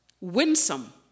winsome